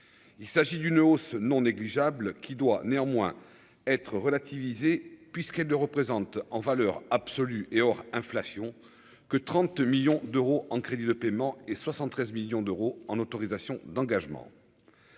il s'agit d'une hausse non négligeable qui doit néanmoins être relativisé puisqu'elle ne représente en valeur absolue et hors inflation que 30 millions d'euros en crédits de paiement et 73 millions d'euros en autorisations d'engagement